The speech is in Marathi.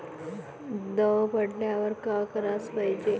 दव पडल्यावर का कराच पायजे?